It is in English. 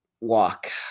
walk